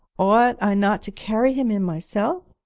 ought i not to carry him in myself?